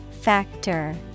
Factor